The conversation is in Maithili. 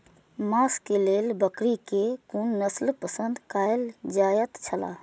मांस के लेल बकरी के कुन नस्ल पसंद कायल जायत छला?